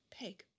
peg